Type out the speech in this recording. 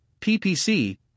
PPC